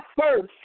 first